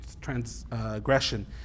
transgression